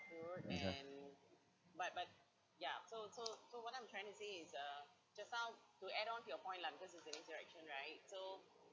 okay